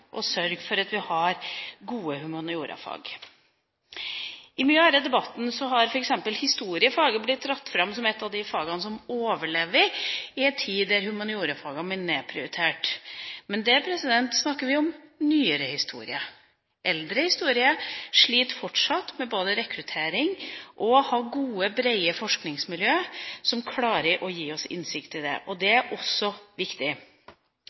sørge for at vi har gode humaniorafag. I mye av denne debatten har f.eks. historiefaget blitt dratt fram som et av de fagene som overlever i en tid der humaniorafagene blir nedprioritert. Men da snakker vi om nyere historie. Eldre historie sliter fortsatt både med rekruttering og med å ha gode, brede forskningsmiljøer som klarer å gi oss innsikt. Det er også viktig.